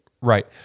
Right